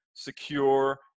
secure